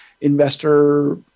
investor